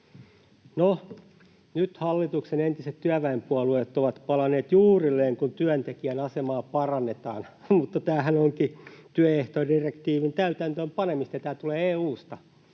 No, nyt hallituksen entiset työväenpuolueet ovat palanneet juurilleen, kun työntekijän asemaa parannetaan, [naurahtaa] mutta tämähän onkin työehtodirektiivin täytäntöönpanemista, tämä tulee EU:sta.